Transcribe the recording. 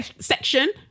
section